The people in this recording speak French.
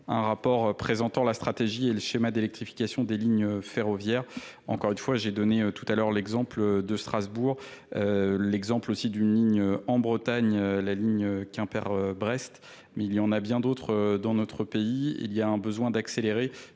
un rapport présentant la stratégie et le schéma d'électrification des lignes ferroviaires Encore une fois. J'ai donné tout à l'heure l'exemple de Strasbourg. l'exemple aussi d'une ligne en Bretagne, la ligne Quimper Brest, mais il y en a bien d'autres dans il y en a a bien d'autres